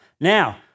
Now